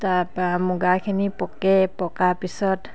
তাৰ পৰা মুগাখিনি পকে পকাৰ পিছত